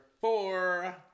four